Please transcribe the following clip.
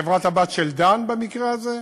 חברת-הבת של "דן", במקרה הזה,